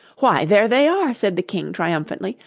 why, there they are said the king triumphantly,